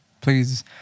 please